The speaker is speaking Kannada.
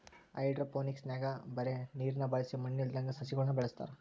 ಹೈಡ್ರೋಫೋನಿಕ್ಸ್ನಾಗ ಬರೇ ನೀರ್ನ ಬಳಸಿ ಮಣ್ಣಿಲ್ಲದಂಗ ಸಸ್ಯಗುಳನ ಬೆಳೆಸತಾರ